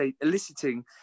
eliciting